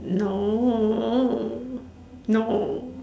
no no